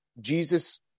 jesus